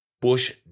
Bush